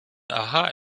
aha